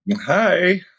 Hi